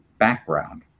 background